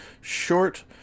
short